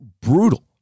brutal